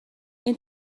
این